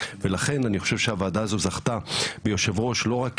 ולכן אני חושב שהוועדה הזו זכתה ביושב-ראש לא רק